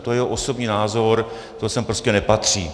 To je osobní názor, to sem prostě nepatří.